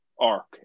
arc